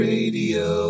Radio